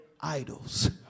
idols